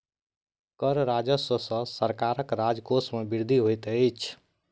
कर राजस्व सॅ सरकारक राजकोश मे वृद्धि होइत छै